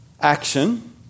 action